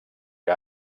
que